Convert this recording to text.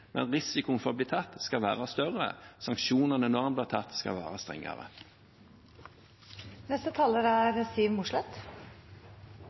men risikoen for å bli tatt skal være større, og sanksjonene når en blir tatt, skal være